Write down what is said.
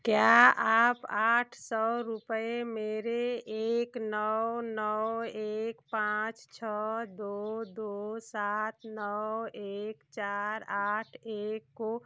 क्या आप आठ सौ रुपये मेरे एक नौ नौ एक पाँच छः दो दो सात नौ एक चार आठ एक को